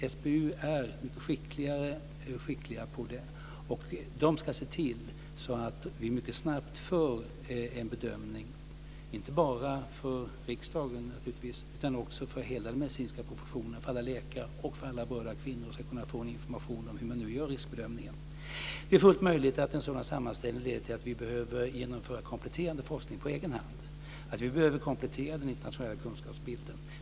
På SBU är man mycket skicklig på detta, och man ska se till att vi mycket snabbt får en bedömning - inte bara för riksdagen, naturligtvis, utan för hela den medicinska professionen, för att alla läkare och alla berörda kvinnor ska kunna få information om riskbedömningen. Det är fullt möjligt att en sådan sammanställning leder till att vi behöver genomföra kompletterande forskning på egen hand, att vi behöver komplettera den internationella kunskapsbilden.